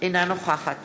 אינה נוכחת